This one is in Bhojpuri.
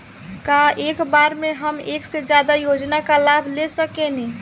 का एक बार में हम एक से ज्यादा योजना का लाभ ले सकेनी?